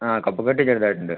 ആ കഫക്കെട്ട് ചെറുതായിട്ടുണ്ട്